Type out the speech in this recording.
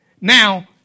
Now